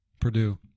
Purdue